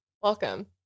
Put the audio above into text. welcome